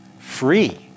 free